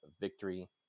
victory